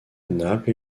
naples